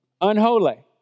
Unholy